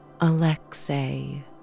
Alexei